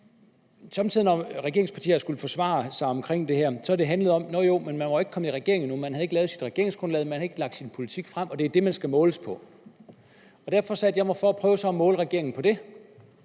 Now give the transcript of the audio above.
Når regeringspartierne har skullet forsvare sig omkring det her, har det somme tider handlet om, at man ikke var kommet i regering endnu, at man ikke havde lavet sit regeringsgrundlag, at man ikke havde lagt sin politik frem, og at det jo er det, man skal måles på. Derfor satte jeg mig så for at prøve at måle regeringen på det,